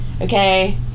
Okay